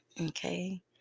okay